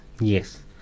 Yes